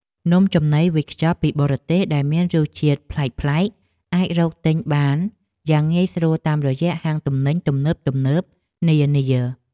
នំចំណីវេចខ្ចប់ពីបរទេសដែលមានរសជាតិប្លែកៗអាចរកទិញបានយ៉ាងងាយស្រួលតាមរយៈហាងទំនិញទំនើបៗនានា។